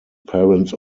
parents